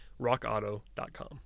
rockauto.com